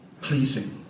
Pleasing